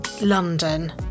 London